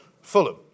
Fulham